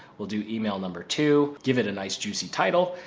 we'll do email number two, give it a nice juicy title,